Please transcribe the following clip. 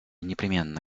непременно